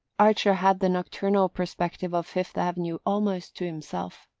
archer had the nocturnal perspective of fifth avenue almost to himself.